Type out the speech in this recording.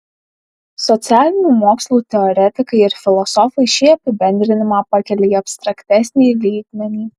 socialinių mokslų teoretikai ir filosofai šį apibendrinimą pakelia į abstraktesnį lygmenį